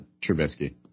Trubisky